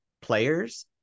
players